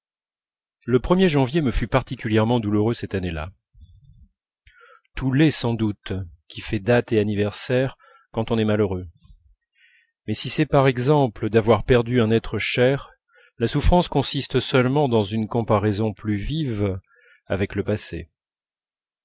le er janvier me fut particulièrement douloureux cette année-là tout l'est sans doute qui fait date et anniversaire quand on est malheureux mais si c'est par exemple d'avoir perdu un être cher la souffrance consiste seulement dans une comparaison plus vive avec le passé